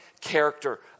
character